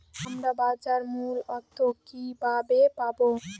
আমরা বাজার মূল্য তথ্য কিবাবে পাবো?